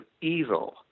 evil